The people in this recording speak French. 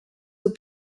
aux